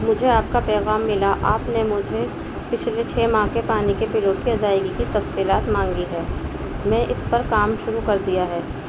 مجھے آپ کا پیغام ملا آپ نے مجھے پچھلے چھ ماہ کے پانی کے بلوں کی ادائیگی کی تفصیلات مانگی ہے میں اس پر کام شروع کر دیا ہے